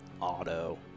auto